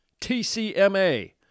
TCMA